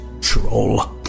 troll